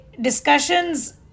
discussions